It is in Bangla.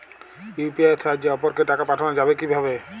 ইউ.পি.আই এর সাহায্যে অপরকে টাকা পাঠানো যাবে কিভাবে?